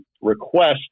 request